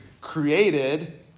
created